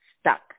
stuck